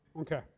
Okay